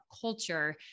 culture